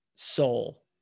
soul